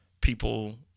people